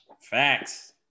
Facts